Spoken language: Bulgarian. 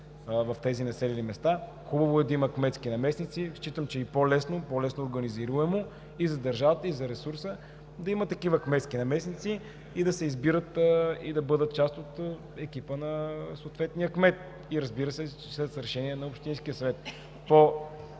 в тези населени места, хубаво е да има кметски наместници. Считам, че и по-лесно организируемо – и за държавата, и за ресурса, е да има такива кметски наместници, да се избират и да бъдат част от екипа на съответния кмет, разбира се, след решение на общинския съвет. По-лесна